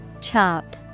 Chop